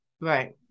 Right